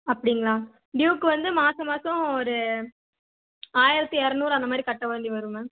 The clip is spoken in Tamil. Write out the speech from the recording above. அப்படிங்ளா டியூவுக்கு வந்து மாதம் மாசம் ஒரு ஆயிரத்தி இரநூறு அந்த மாதிரி கட்ட வேண்டி வரும் மேம்